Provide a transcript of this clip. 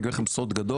אני אגלה לכם סוד גדול,